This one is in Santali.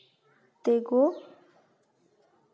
ᱴᱮᱠᱳ